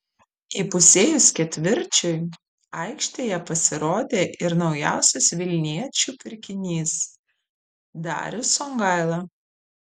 įpusėjus ketvirčiui aikštėje pasirodė ir naujausias vilniečių pirkinys darius songaila